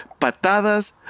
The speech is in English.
Patadas